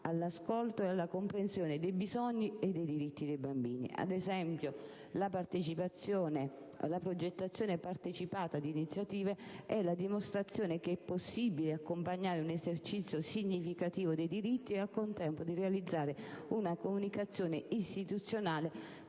all'ascolto ed alla comprensione dei bisogni e dei diritti dei bambini. Ad esempio, la progettazione partecipata di iniziative è la dimostrazione che è possibile accompagnare un esercizio significativo dei diritti e, al contempo, realizzare una comunicazione istituzionale